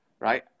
right